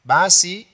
Basi